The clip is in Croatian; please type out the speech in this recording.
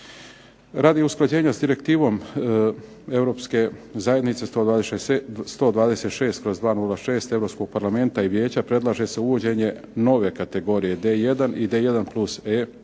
Radi usklađenja s Direktivom Europske zajednice 126/2006 Europskog parlamenta i vijeća predlaže se uvođenje nove kategorije D1 i D1+E